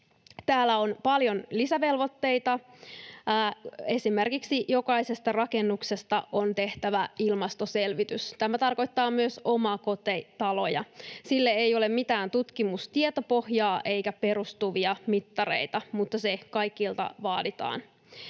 Täällä on paljon lisävelvoitteita, esimerkiksi jokaisesta rakennuksesta on tehtävä ilmastoselvitys. Tämä tarkoittaa myös omakotitaloja. Sille ei ole mitään tutkimustietopohjaa eikä mittareita, mutta se kaikilta vaaditaan.